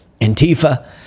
Antifa